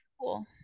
cool